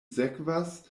sekvas